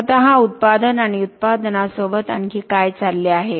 स्वतः उत्पादन आणि उत्पादनासोबत आणखी काय चालले आहे